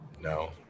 No